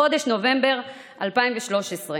בחודש נובמבר 2013,